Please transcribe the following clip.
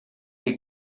que